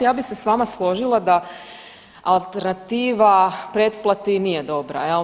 Ja bi se s vama složila da alternativa pretplati nije dobra, jel.